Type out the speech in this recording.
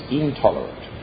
intolerant